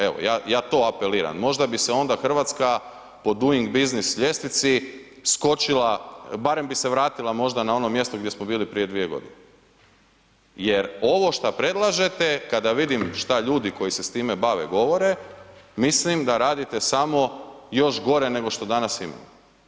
Evo ja to apeliram, možda bi se onda Hrvatska po Doing Business ljestvici skočila barem bi se vratila možda na ono mjesto gdje smo bili prije dvije godine jer ovo što predlažete kada vidim šta ljudi koji se s time bave govore, mislim da radite samo još gore nego što danas imamo.